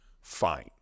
fine